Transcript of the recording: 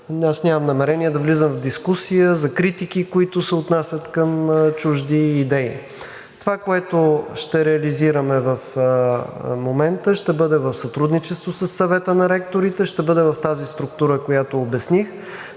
нямам намерение да влизам в дискусия за критики, които се отнасят към чужди идеи. Това, което ще реализираме в момента, ще бъде в сътрудничество със Съвета на ректорите, ще бъде в тази структура, която обясних.